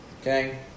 okay